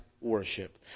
worship